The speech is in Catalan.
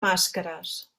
màscares